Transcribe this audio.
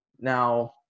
Now